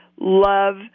love